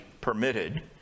permitted